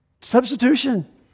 Substitution